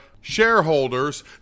shareholders